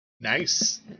Nice